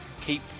Keep